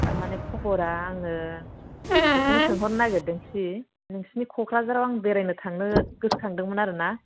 थार माने खबरा आङो बेखौनो सोंहरनो नागिरदों खि नोंसिनि क'क्राझाराव आं थांनो गोसखांदोंमोन आरो ना